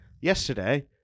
Yesterday